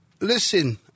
listen